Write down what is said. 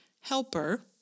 helper